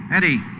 Eddie